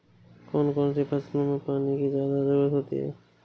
कौन कौन सी फसलों में पानी की ज्यादा ज़रुरत होती है?